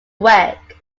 work